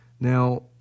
Now